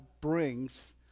brings